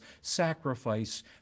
sacrifice